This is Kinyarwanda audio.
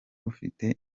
rufite